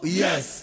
yes